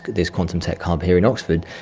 this quantum tech hub here in oxford,